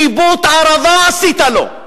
חיבוט ערבה עשית לו.